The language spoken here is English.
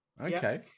Okay